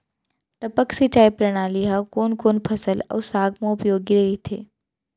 टपक सिंचाई प्रणाली ह कोन कोन फसल अऊ साग म उपयोगी कहिथे?